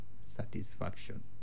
satisfaction